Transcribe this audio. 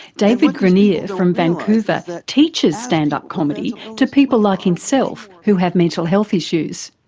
david granirer from vancouver teaches stand-up comedy to people like himself, who have mental health issues.